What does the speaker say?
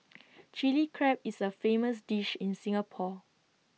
Chilli Crab is A famous dish in Singapore